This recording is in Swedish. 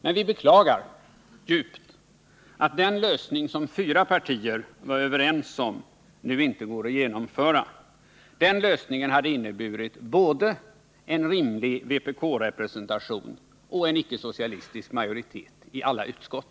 Men vi beklagar djupt att den lösning som fyra partier var överens om nu inte går att genomföra. Den lösningen hade inneburit både en rimlig vpk-representation och en icke-socialistisk majoritet i alla utskott.